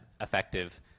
effective